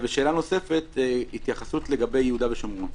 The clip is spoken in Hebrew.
ושאלה נוספת, התייחסות לגבי יהודה ושומרון.